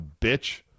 bitch